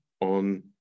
on